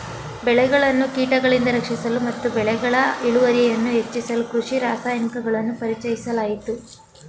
ಬೆಳೆಗಳನ್ನು ಕೀಟಗಳಿಂದ ರಕ್ಷಿಸಲು ಮತ್ತು ಬೆಳೆಗಳ ಇಳುವರಿಯನ್ನು ಹೆಚ್ಚಿಸಲು ಕೃಷಿ ರಾಸಾಯನಿಕಗಳನ್ನು ಪರಿಚಯಿಸಲಾಯಿತು